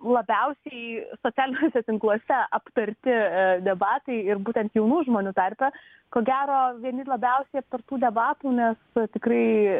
labiausiai socialiniuose tinkluose aptarti debatai ir būtent jaunų žmonių tarpe ko gero vieni labiausiai aptartų debatų nes tikrai